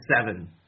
seven